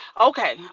Okay